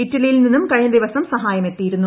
ഇറ്റലിയിൽന ന്ട്രിന്നും കഴിഞ്ഞ ദിവസം സഹായമെത്തിയിരുന്നു